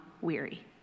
weary